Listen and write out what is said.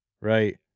right